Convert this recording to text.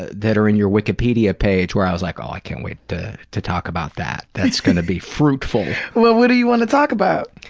ah that are in your wikipedia page, where i was like, oh, i can't wait to to talk about that. that's gonna be fruitful. well, what do you wanna talk about?